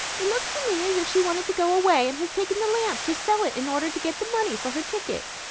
it looks to me as if she wanted to go away, and has taken the lamp to sell it in order to get the money for her ticket.